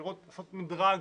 לעשות מדרג,